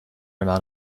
amount